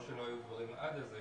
לא שלא היו דברים עד אז,